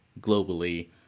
globally